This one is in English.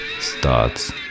starts